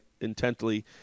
intently